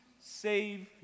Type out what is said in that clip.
save